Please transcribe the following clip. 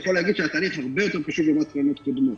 הוא יכול להגיד שהתהליך הרבה יותר פשוט מהקרנות הקודמות.